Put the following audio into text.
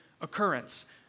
occurrence